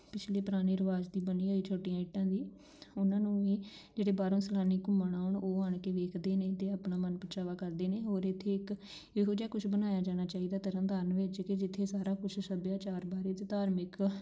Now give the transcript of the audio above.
ਪਿਛਲੇ ਪੁਰਾਣੇ ਰਿਵਾਜ ਦੀ ਬਣੀ ਹੋਈ ਛੋਟੀਆਂ ਇੱਟਾਂ ਦੀ ਉਹਨਾਂ ਨੂੰ ਵੀ ਜਿਹੜੇ ਬਾਹਰੋਂ ਸੈਲਾਨੀ ਘੁੰਮਣ ਆਉਣ ਉਹ ਆਉਣ ਕੇ ਵੇਖਦੇ ਨੇ ਅਤੇ ਆਪਣਾ ਮਨ ਪਰਚਾਵਾ ਕਰਦੇ ਨੇ ਹੋਰ ਇੱਥੇ ਇੱਕ ਇਹੋ ਜਿਹਾ ਕੁਛ ਬਣਾਇਆ ਜਾਣਾ ਚਾਹੀਦਾ ਤਰਨ ਤਾਰਨ ਵਿੱਚ ਕਿ ਜਿੱਥੇ ਸਾਰਾ ਕੁਛ ਸੱਭਿਆਚਾਰ ਬਾਰੇ ਅਤੇ ਧਾਰਮਿਕ